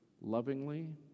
lovingly